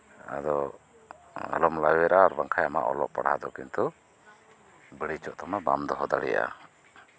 ᱟᱫᱚ ᱟᱞᱚᱢ ᱞᱟᱣᱮᱨᱟ ᱵᱟᱝᱠᱷᱟᱱ ᱠᱤᱱᱛᱩ ᱟᱢᱟᱜ ᱚᱞᱚᱜ ᱯᱟᱲᱦᱟᱜ ᱫᱚ ᱠᱤᱱᱛᱩ ᱵᱟᱹᱲᱤᱡᱚᱜ ᱛᱟᱢᱟ ᱵᱟᱢ ᱫᱚᱦᱚ ᱫᱟᱲᱮᱭᱟᱜᱼᱟ